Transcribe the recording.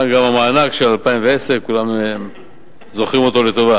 יש גם מענק של 2010. כולם זוכרים אותו לטובה.